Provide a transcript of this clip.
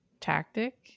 tactic